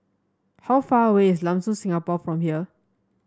how far away is Lam Soon Singapore from here